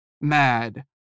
mad